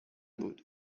بود